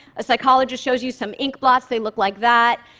a psychologist shows you some ink blots, they look like that,